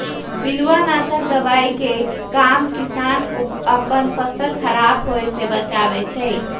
पिलुआ नाशक दवाइ के काम किसान अप्पन फसल ख़राप होय् से बचबै छइ